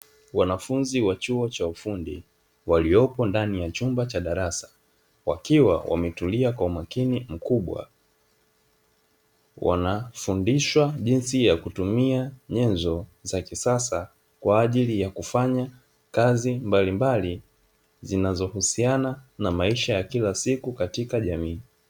Wanafunzi wa chuo cha ufundi, waliopo ndani ya chumba cha darasa, wakiwa wametulia kwa umakini mkubwa, wanafundishwa jinsi ya kutumia nyenzo za kisasa kwa ajili ya kufanya kazi mbalimbali zinazohusiana na maisha ya kila siku katika jamii.